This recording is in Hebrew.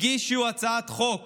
הגישו הצעת חוק